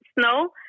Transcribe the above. snow